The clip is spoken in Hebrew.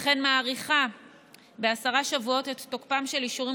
וכן מאריכה בעשרה שבועות את תוקפם של אישורים